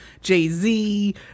Jay-Z